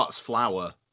flour